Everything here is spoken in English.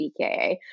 DKA